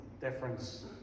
difference